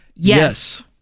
Yes